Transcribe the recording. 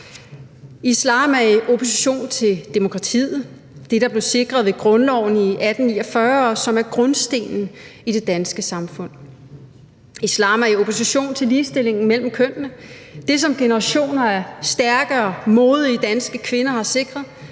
Islam er i opposition til demokratiet – det, der blev sikret ved grundloven i 1849, og som er grundstenen i det danske samfund. Islam er i opposition til ligestillingen mellem kønnene – det, som generationer af stærke og modige danske kvinder har sikret,